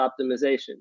optimization